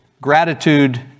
gratitude